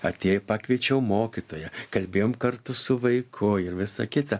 atėjo pakviečiau mokytoją kalbėjom kartu su vaiku ir visa kita